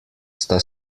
sta